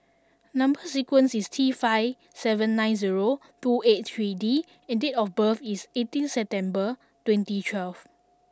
number sequence is T five seven nine zero two eight three D and date of birth is eighteen September twenty twelve